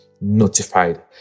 notified